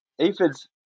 aphids